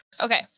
Okay